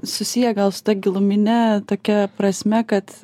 susiję gal su ta gilumine tokia prasme kad